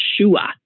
Yeshua